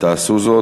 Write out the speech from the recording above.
תעשו זאת.